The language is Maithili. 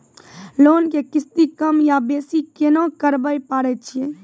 लोन के किस्ती कम या बेसी केना करबै पारे छियै?